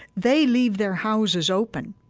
they leave their houses open.